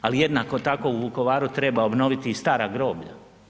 Ali jednako tako, u Vukovaru treba obnoviti i stara groblja.